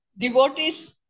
devotee's